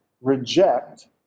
reject